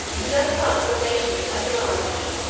and as such the nation's at large,